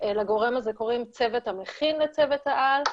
לגורם הזה קוראים הצוות המכין לצוות העל,